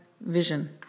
vision